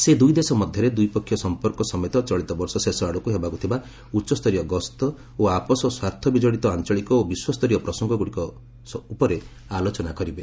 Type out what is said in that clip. ସେ ଦୁଇ ଦେଶ ମଧ୍ୟରେ ଦ୍ୱିପକ୍ଷୀୟ ସମ୍ପର୍କ ସମେତ ଚଳିତ ବର୍ଷ ଶେଷ ଆଡ଼କୁ ହେବାକୁଥିବା ଉଚ୍ଚସ୍ତରୀୟ ଗସ୍ତ ଓ ଆପୋଷ ସ୍ୱାର୍ଥବିକଡ଼ିତ ଆଞ୍ଚଳିକ ଓ ବିଶ୍ୱସ୍ତରୀୟ ପ୍ରସଙ୍ଗଗ୍ରଡ଼ିକ ଆଲୋଚନା କରିବେ